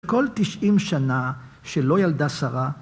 כל 90 שנה שלא ילדה שרה